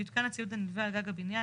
יותקן הציוד הנלווה על גג הבניין,